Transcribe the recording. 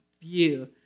view